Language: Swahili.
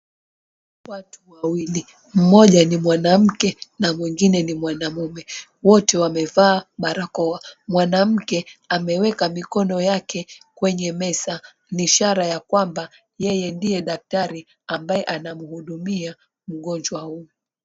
Watu wawili, mmoja ni mwanamke na mwingine ni mwanamume. Wote wamevaa barakoa. Mwanamke ameweka mikono yake kwenye meza, ni ishara ya kwamba yeye ndiye daktari ambaye anamhudumia mgonjwa huyu.